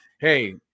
hey